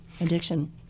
Addiction